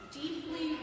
deeply